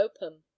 open